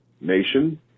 Nation